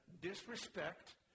disrespect